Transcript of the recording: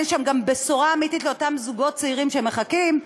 אין שם גם בשורה אמיתית לאותם זוגות צעירים שמחכים.